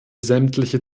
sämtliche